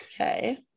okay